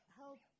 help